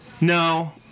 No